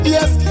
Yes